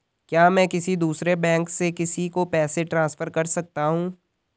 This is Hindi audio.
क्या मैं किसी दूसरे बैंक से किसी को पैसे ट्रांसफर कर सकता हूँ?